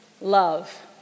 love